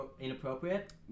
inappropriate